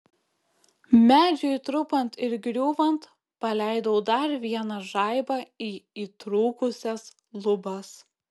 medžiui trupant ir griūvant paleidau dar vieną žaibą į įtrūkusias lubas